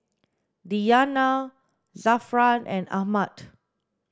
Diyana Zafran and Ahmad